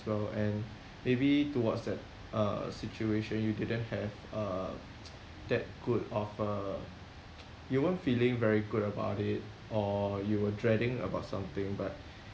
well and maybe towards that uh situation you didn't have uh that good of a you weren't feeling very good about it or you were dreading about something but